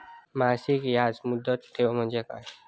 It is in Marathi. मासिक याज मुदत ठेव म्हणजे काय?